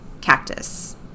cactus